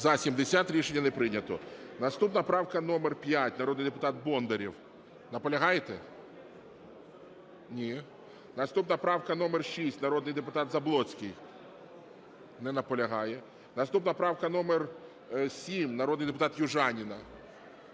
За-70 Рішення не прийнято. Наступна правка номер 5, народний депутат Бондарєв. Наполягаєте? Ні. Наступна правка номер 6, народний депутат Заблоцький. Не наполягає. Наступна правка номер 7, народний депутат Южаніна.